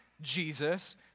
Jesus